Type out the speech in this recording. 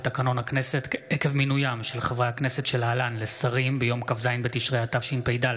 ועדת הכנסת החליטה בישיבתה היום כי ועדת החוקה,